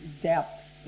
depth